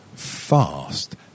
Fast